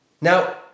Now